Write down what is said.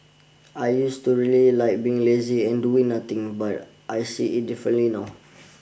I used to really like being lazy and doing nothing but I see it differently now